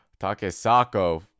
Takesako